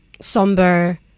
somber